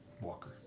Walker